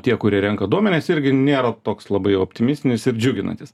tie kurie renka duomenis irgi nėra toks labai optimistinis ir džiuginantis